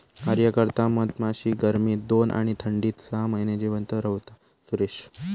कार्यकर्ता मधमाशी गर्मीत दोन आणि थंडीत सहा महिने जिवंत रव्हता, सुरेश